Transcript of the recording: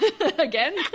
again